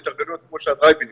אלה התארגנויות כמו הדרייב אינים,